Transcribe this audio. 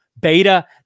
beta